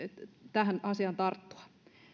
tähän asiaan tarttua